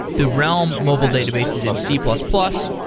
the realm mobile database is in c plus plus.